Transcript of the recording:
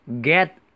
get